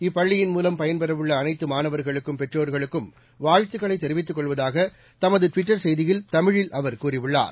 இப்பள்ளியின் மூலம் பயன்பெறவுள்ள அனைத்து மாணவர்களுக்கும் பெற்றோர்களுக்கும் வாழ்த்துக்களை தெரிவித்துக் கொள்வதாக தனது ட்விட்டர் செய்தியில் தமிழில் அவர் கூறியுள்ளார்